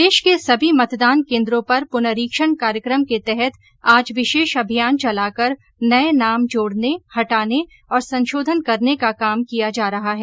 प्रदेश के सभी मतदान केन्द्रों पर पुनरीक्षण कार्यकम के तहत आज विशेष अभियान चलाकर नए नाम जोड़ने हटाने और संशोधन करने का काम किया जा रहा है